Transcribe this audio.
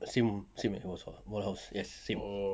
same same as wal house yes same